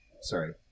sorry